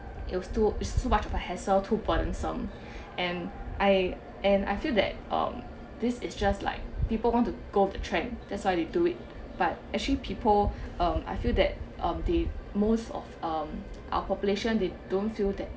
it was too is too is too much of a hassle to point some and I and I feel that um this is just like people want to go to trend that's why they do it but actually people um I feel that um the most of um our population they don't feel that